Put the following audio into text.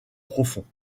profonds